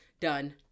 Done